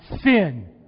sin